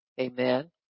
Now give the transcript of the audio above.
Amen